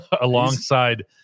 Alongside